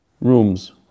rooms